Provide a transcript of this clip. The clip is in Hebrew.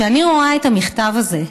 כשאני רואה את המכתב הזה,